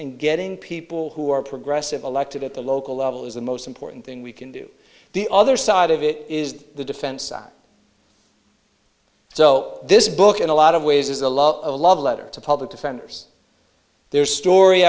and getting people who are progressive elected at the local level is the most important thing we can do the other side of it is the defense so this book and a lot of ways is a lot of love letter to public defenders there's story